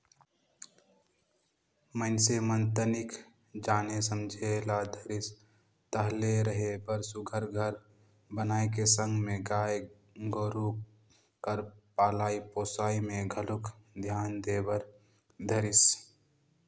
मइनसे मन तनिक जाने समझे ल धरिस ताहले रहें बर सुग्घर घर बनाए के संग में गाय गोरु कर पलई पोसई में घलोक धियान दे बर धरिस